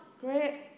great